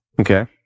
Okay